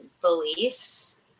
beliefs